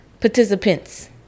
participants